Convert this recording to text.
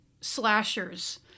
slashers